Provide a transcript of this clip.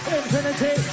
infinity